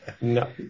No